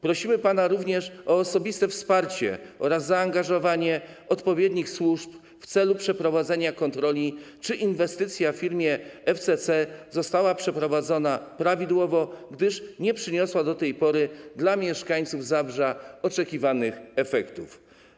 Prosimy pana również o osobiste wsparcie oraz zaangażowanie odpowiednich służb w celu przeprowadzenia kontroli, czy inwestycja w firmie FCC została przeprowadzona prawidłowo, gdyż nie przyniosła do tej pory mieszkańcom Zabrza oczekiwanych efektów.